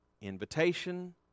Invitation